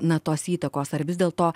na tos įtakos ar vis dėlto